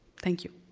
thank you.